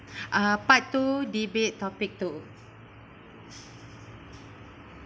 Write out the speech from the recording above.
uh part two debate topic two